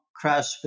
crash